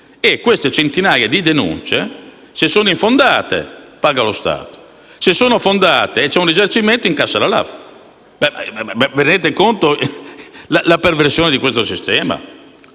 se queste centinaia di denunce sono infondate paga lo Stato, se sono fondate c'è un risarcimento incassato dalla LAV. Vi rendete conto della perversione di questo sistema?